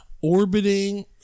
orbiting